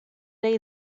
day